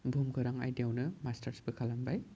बुहुम खौरां आयदायावनो मास्टार्सबो खालामबाय